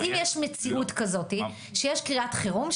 האם יש מציאות כזאתי שיש קריאת חירום,